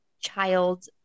child